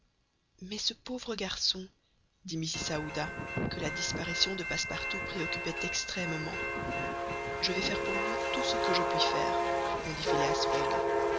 mais ce pauvre garçon dit mrs aouda que la disparition de passepartout préoccupait extrêmement je vais faire pour lui tout ce que je puis faire répondit